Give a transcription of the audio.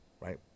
right